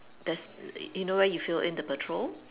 there's you know where you fill in the petrol